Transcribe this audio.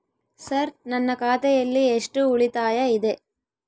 Sir ನನ್ನ ಖಾತೆಯಲ್ಲಿ ಎಷ್ಟು ಉಳಿತಾಯ ಇದೆ?